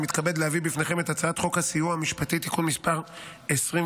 אני מתכבד להביא בפניכם את הצעת חוק הסיוע המשפטי (תיקון מס' 25),